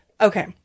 okay